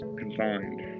confined